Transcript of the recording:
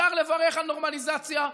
אפשר לברך על נורמליזציה.